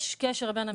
יש קשר בין המקצועות.